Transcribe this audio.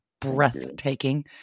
breathtaking